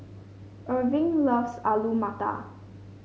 Erving loves Alu Matar